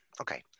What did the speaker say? okay